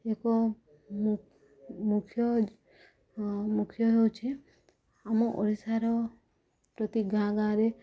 ଏକ ମୁଖ୍ୟ ମୁଖ୍ୟ ହେଉଛି ଆମ ଓଡ଼ିଶାର ପ୍ରତି ଗାଁ ଗାଁରେ